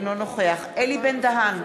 אינו נוכח אלי בן-דהן,